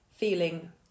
feeling